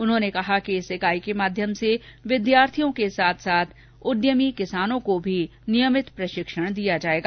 उन्हेांने कहा कि इस इकाई के माध्यम से विद्यार्थियों के साथ साथ उद्यमी किसानों को भी नियमित प्रशिक्षण दिया जायेगा